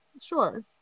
Sure